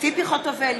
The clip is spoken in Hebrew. ציפי חוטובלי,